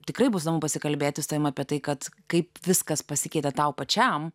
tikrai bus įdomu pasikalbėti su tavim apie tai kad kaip viskas pasikeitė tau pačiam